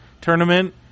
tournament